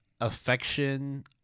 affection